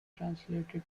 translated